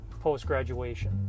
post-graduation